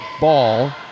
ball